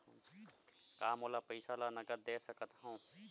का मोला पईसा ला नगद दे सकत हव?